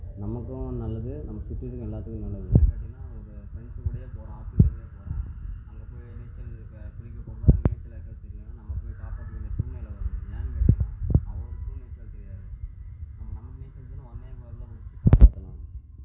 நமக்கும் நல்லது நம்ம சுற்றி இருக்கறவங்க எல்லாத்துக்கும் நல்லது ஏன்னு கேட்டீங்கன்னால் இப்போ ஃப்ரெண்ட்ஸு கூட போகிறோம் ஆத்துக்கு எங்கேயோ போகிறோம் அங்கே போய் நீச்சல் இப்போ குளிக்க போகும் போது அங்கே நீச்சல் யாருக்காவது தெரியலனா நம்ம போய் காப்பாற்ற வேண்டிய சூழ்நிலை வரும் ஏன்னு கேட்டிங்கன்னால் அவர்களுக்கும் நீச்சல் தெரியாது நம்ம நமக்கு நீச்சல் தெரியும் உடனே இப்போ உள்ள குதிச்சு காப்பாத்தலாம்